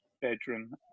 bedroom